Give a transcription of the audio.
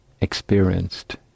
experienced